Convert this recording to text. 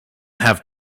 have